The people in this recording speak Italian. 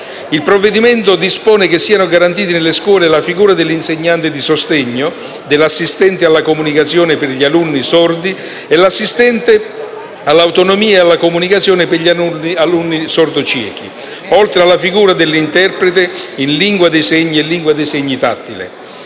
Il provvedimento dispone che siano garantiti nelle scuole la figura dell'insegnante di sostegno, dell'assistente alla comunicazione per gli alunni sordi e dell'assistente all'autonomia e alla comunicazione per gli alunni sordociechi, oltre alla figura dell'interprete in LIS e LIS tattile.